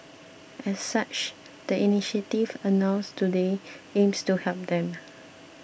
as such the initiatives announced today aims to help them